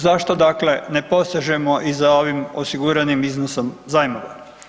Zašto dakle ne posežemo i za ovim osiguranom iznosom zajmova?